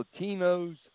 Latinos